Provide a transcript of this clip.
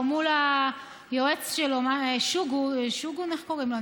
או מול היועץ שלו "שוגון" איך קוראים לו?